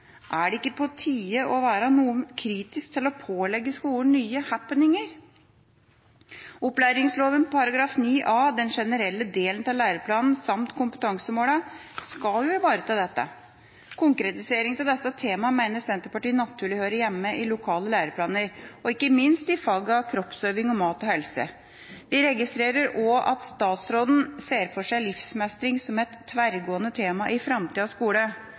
Er det ikke på tide å være noe kritisk til å pålegge skolen nye happeninger? Opplæringsloven § 9a, den generelle delen av læreplanen samt kompetansemålene skal ivareta dette. Konkretisering av disse temaene mener Senterpartiet naturlig hører hjemme i lokale læreplaner og ikke minst i fagene kroppsøving og mat og helse. Vi registrerer også at statsråden ser for seg Livsmestring som et tverrgående tema i framtidas skole.